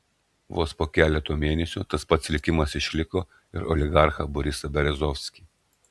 vos po keleto mėnesių tas pats likimas ištiko ir oligarchą borisą berezovskį